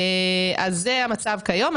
זה המצב כיום,